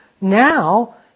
now